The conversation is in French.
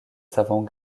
savant